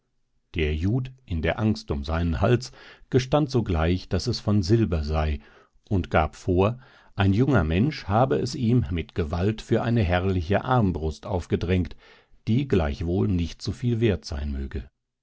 der jud in der angst um seinen hals gestand sogleich daß es von silber sei und gab vor ein junger mensch habe es ihm mit gewalt für eine herrliche armbrust aufgedrängt die gleichwohl nicht so viel wert sein möge